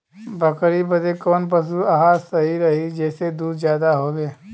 बकरी बदे कवन पशु आहार सही रही जेसे दूध ज्यादा होवे?